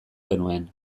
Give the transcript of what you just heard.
genuen